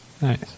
Nice